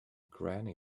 granny